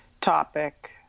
topic